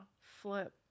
Flip